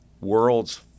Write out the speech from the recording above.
world's